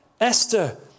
Esther